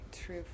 true